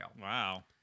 Wow